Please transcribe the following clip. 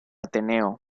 ateneo